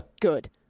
good